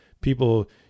People